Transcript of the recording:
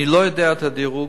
אני לא יודע את הדירוג,